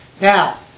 Now